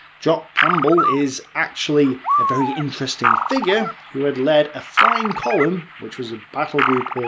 jock campbell is actually a very interesting figure, who had lead a flying column which was a battlegroup,